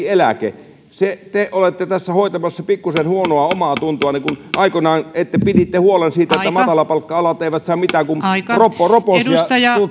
eläke te olette tässä hoitamassa pikkuisen huonoa omaatuntoanne kun aikoinaan piditte huolen siitä että matalapalkka alat eivät saa mitään kuin roposia roposia